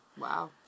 Wow